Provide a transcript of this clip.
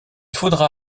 faudra